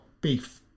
beef